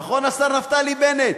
נכון, השר נפתלי בנט?